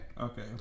Okay